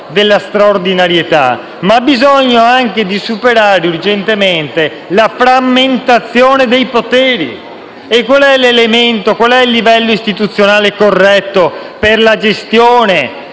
della straordinarietà, ma ha bisogno anche di superare urgentemente la frammentazione dei poteri. E qual è il livello istituzionale corretto per la gestione